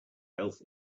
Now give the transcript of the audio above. health